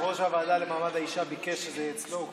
יושב-ראש הוועדה למעמד האישה ביקש שזה יהיה אצלו,